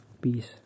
Peace